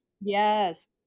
Yes